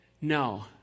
No